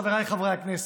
חבריי חברי הכנסת,